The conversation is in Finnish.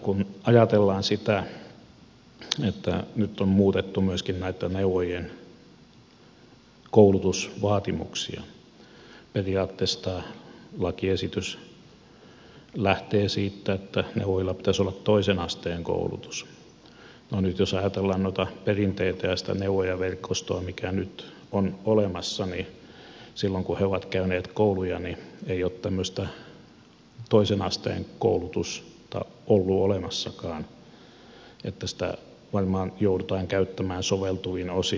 kun ajatellaan sitä että nyt on muutettu myöskin näitten neuvojien koulutusvaatimuksia periaatteessa lakiesitys lähtee siitä että neuvojilla pitäisi olla toisen asteen koulutus niin nyt jos ajatellaan noita perinteitä ja sitä neuvojaverkostoa mikä nyt on olemassa niin silloin kun he ovat käyneet kouluja ei ole tämmöistä toisen asteen koulutusta ollut olemassakaan että sitä varmaan joudutaan käyttämään soveltuvin osin